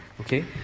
Okay